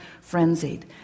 frenzied